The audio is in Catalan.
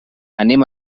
anem